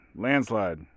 landslide